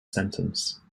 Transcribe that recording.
sentence